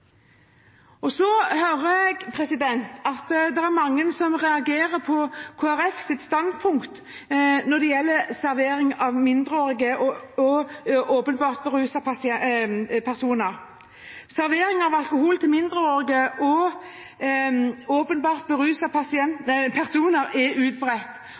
Så hører jeg at det er mange som reagerer på Kristelig Folkepartis standpunkt når det gjelder servering av alkohol til mindreårige og åpenbart berusede personer. Servering av alkohol til mindreårige og åpenbart berusede personer er utbredt.